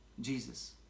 Jesus